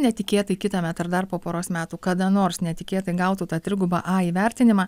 netikėtai kitąmet ar dar po poros metų kada nors netikėtai gautų tą trigubą a įvertinimą